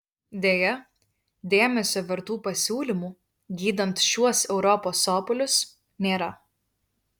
deja dėmesio vertų pasiūlymų gydant šiuos europos sopulius nėra